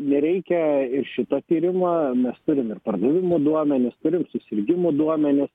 nereikia ir šito tyrimo mes turim ir pardavimų duomenis turim susirgimų duomenis